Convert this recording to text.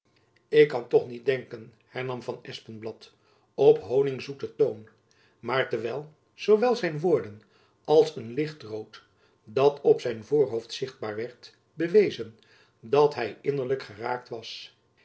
ik kan toch niet denken hernam van espenblad op konigzoeten toon maar terwijl zoowel zijn woorden als een licht rood dat op zijn voorhoofd zichtbaar werd bewezen dat hy innerlijk geraakt was